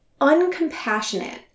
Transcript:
uncompassionate